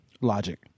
Logic